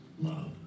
Love